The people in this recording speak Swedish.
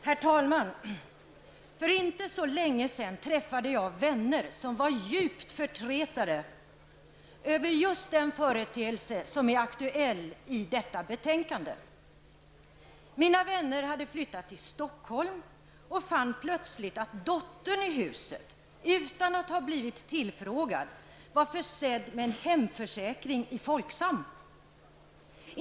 Herr talman! För inte så länge sedan träffade jag vänner som var djupt förtretade över just den företeelse som är aktuell i detta betänkande. Mina vänner hade flyttat till Stockholm och fann plötsligt att dottern i huset, utan att ha blivit tillfrågad, var försedd med en hemförsäkring i Folksam.